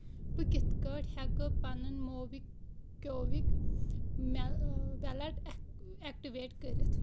بہٕ کِتھ کٲٹھۍ ہٮ۪کہٕ پنُن موبی کیوِک ویلیٹ ایکٹویٹ کٔرِتھ؟